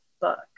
book